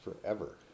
forever